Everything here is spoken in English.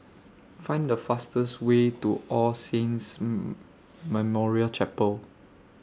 Find The fastest Way to All Saints Memorial Chapel